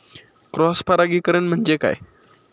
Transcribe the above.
Cross परागीकरण म्हणजे काय?